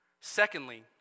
Secondly